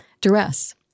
duress